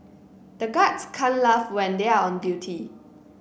the guards can't laugh when they are on duty